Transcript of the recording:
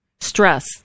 stress